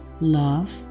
love